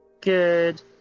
Good